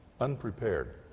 Unprepared